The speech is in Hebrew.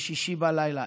בשישי בלילה.